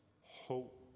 hope